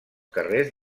carrers